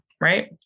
right